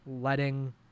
letting